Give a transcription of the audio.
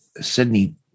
Sydney